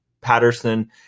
Patterson